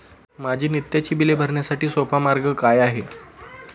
माझी नित्याची बिले भरण्यासाठी सोपा मार्ग काय आहे?